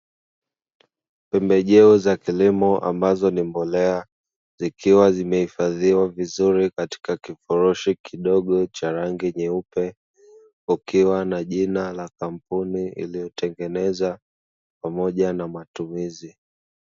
Pembejeo za kilimo ambazo ni mbolea zikiwa zimehifadhiwa vizuri katika kifurushi kidogo cha rangi nyeupe, kukiwa na jina la kampuni iliyotengeneza pamoja na matumizi.